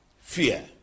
Fear